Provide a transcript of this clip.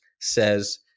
says